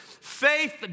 Faith